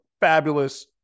fabulous